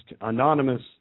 anonymous